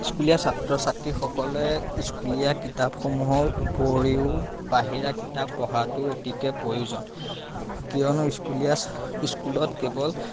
স্কুলীয়া ছাত্ৰ ছাত্ৰীসকলে স্কুলীয়া কিতাপসমূহৰ উপৰিও বাহিৰা কিতাপ পঢ়াটো অতিকৈ প্ৰয়োজন কিয়নো স্কুলীয়া স্কুলত কেৱল